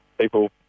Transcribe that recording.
people